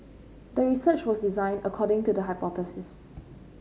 the research was designed according to the hypothesis